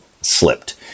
slipped